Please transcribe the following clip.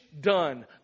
done